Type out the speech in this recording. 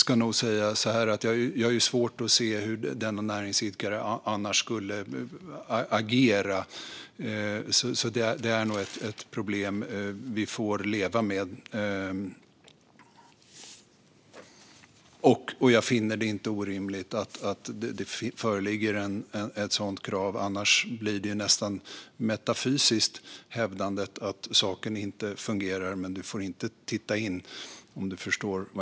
Jag har svårt att se hur denna näringsidkare annars skulle agera, så detta är nog ett problem vi får leva med. Jag finner det inte orimligt att det föreligger ett sådant krav - annars blir det nästan metafysiskt att hävda att saken inte fungerar samtidigt som näringsidkaren inte får titta in.